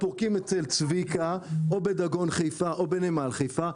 הם פורקים אצל צביקה או בדגון חיפה או בנמל חיפה,